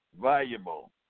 valuable